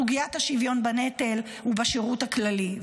סוגיית השוויון בנטל ובשירות הכללי.